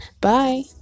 Bye